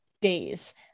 days